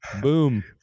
Boom